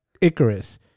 Icarus